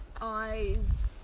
eyes